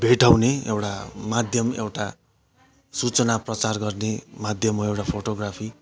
भेटाउने एउटा माध्यम एउटा सुचना प्रचार गर्ने माध्यम हो एउटा फोटोग्राफी